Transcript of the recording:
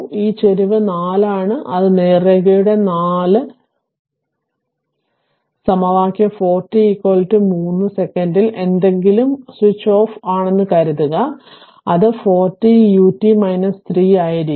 ഈ ചരിവ് 4 ചരിവാണ് ആ നേർരേഖയുടെ 4 സമവാക്യം 4 ടി ആണ് ടി 3 സെക്കൻഡിൽ എന്തെങ്കിലും സ്വിച്ച് ഓഫ് ആണെന്ന് കരുതുക n അത് 4 ടി ut 4 t ut 3 വലത് ആയിരിക്കും